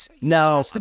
No